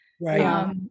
Right